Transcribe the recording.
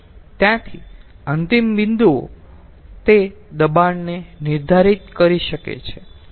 ત્યાંથી અંતિમ બિંદુઓ તે દબાણને નિર્ધારિત કરી શકે છે